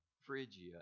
Phrygia